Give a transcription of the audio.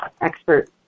expert